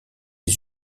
les